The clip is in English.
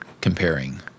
comparing